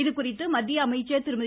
இதுகுறித்து மத்திய அமைச்சர் திருமதி